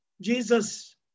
Jesus